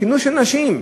כינוס של נשים.